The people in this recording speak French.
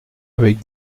avec